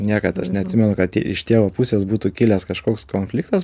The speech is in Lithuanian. niekad aš neatsimenu kad iš tėvo pusės būtų kilęs kažkoks konfliktas